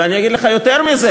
ואני אגיד לך יותר מזה,